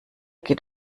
geht